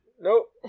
Nope